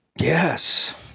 Yes